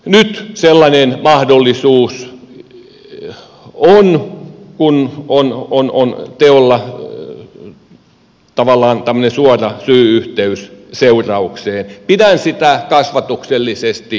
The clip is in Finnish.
nyt sellainen mahdollisuus on kun on teolla tavallaan tämmöinen suora syy yhteys seuraukseen